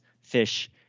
fish